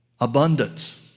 abundance